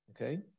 okay